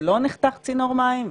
ולא נחתך צינור מים,